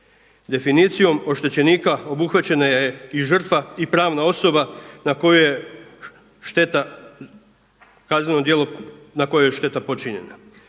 Definicijom oštećenika obuhvaćena je i žrtva i pravna osoba na koju je šteta, kazneno